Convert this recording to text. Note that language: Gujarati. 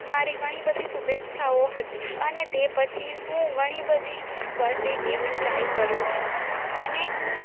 મારી ઘણી બધી શુભેચ્છાઓ હતી અને તે પછી હું ઘણી બધી બર્થ ડે ગિફ્ટ ટ્રાય કરું છું અને હું